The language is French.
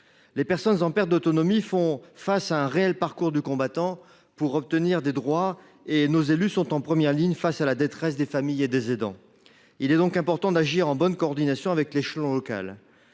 Les personnes en perte d’autonomie sont confrontées à un réel parcours du combattant pour faire valoir leurs droits et les élus sont en première ligne face à la détresse des familles et des aidants. Il est donc important d’agir en bonne coordination avec l’échelon local.